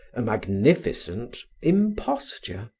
a magnificent imposture.